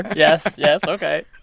yes, yes. ok.